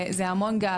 זה מקנה להם המון גאווה,